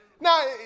Now